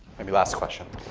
maybe last question.